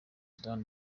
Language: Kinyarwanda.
soudan